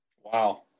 Wow